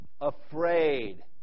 afraid